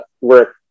work